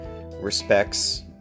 respects